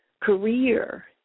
career